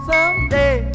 Someday